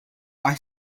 are